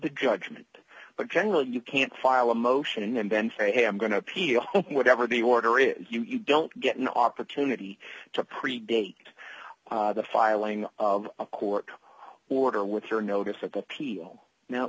the judgment but generally you can't file a motion and then say i'm going to appeal whatever the order is you don't get an opportunity to predate the filing of a court order with your notice of appeal now